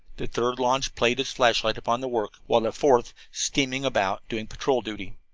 the third launch played its flashlight upon the work, while the fourth steamed about, doing patrol duty.